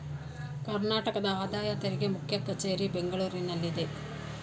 ಕರ್ನಾಟಕದ ಆದಾಯ ತೆರಿಗೆ ಮುಖ್ಯ ಕಚೇರಿ ಬೆಂಗಳೂರಿನಲ್ಲಿದೆ